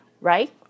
right